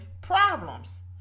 problems